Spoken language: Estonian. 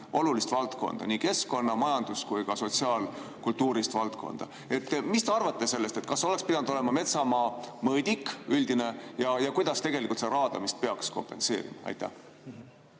olulist valdkonda: nii keskkonna, majandust kui ka sotsiaal-kultuurist valdkonda. Mis te arvate sellest, kas oleks pidanud olema metsamaa mõõdik, üldine, ja kuidas seda raadamist peaks kompenseerima? Suur